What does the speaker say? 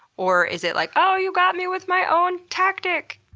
or is it like, oh, you got me with my own tactic!